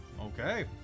Okay